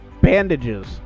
Bandages